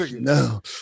No